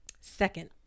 Second